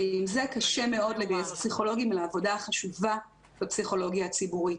ועם זה קשה מאוד לגייס פסיכולוגים לעבודה החשובה בפסיכולוגיה הציבורית,